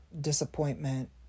disappointment